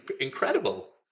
incredible